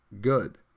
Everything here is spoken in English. good